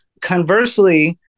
conversely